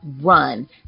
run